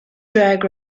drag